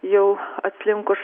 jau atslinkuš